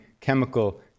chemical